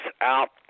out